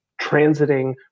transiting